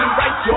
right